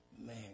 man